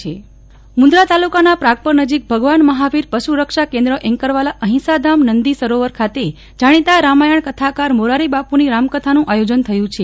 નેહલ ઠક્કર મુન્દ્રા એન્કરવાલા અહિંસાધામ મુંદરા તાલુકાના પ્રાગપર નજીક ભગવાન મહાવીર પશુ રક્ષા કેન્દ્ર એન્કરવાલા અહિંસાધામ નંદી સરોવર ખાતે જાણીતા રામાયણ કથાકાર મોરારી બાપની રામકથાનું આયોજન થયું છે